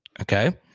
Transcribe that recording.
Okay